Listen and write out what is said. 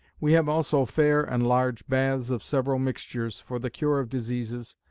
we have also fair and large baths, of several mixtures, for the cure of diseases,